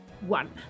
one